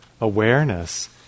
awareness